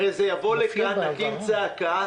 הרי זה יבוא לכאן ונקים צעקה.